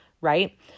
right